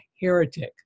Heretic